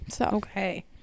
Okay